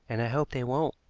and i hope they won't.